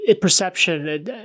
Perception